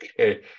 Okay